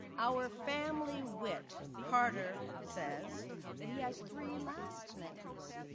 our family wit carter says that he has three last names.